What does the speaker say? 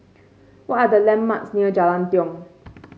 what are the landmarks near Jalan Tiong